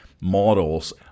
models